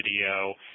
video